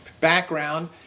background